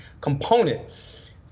component